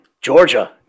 georgia